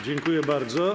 Dziękuję bardzo.